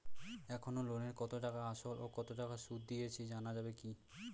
এখনো লোনের কত টাকা আসল ও কত টাকা সুদ দিয়েছি জানা যাবে কি?